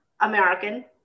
American